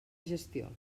gestió